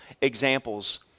examples